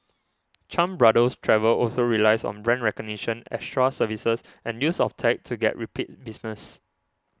Chan Brothers Travel also relies on brand recognition extra services and use of tech to get repeat business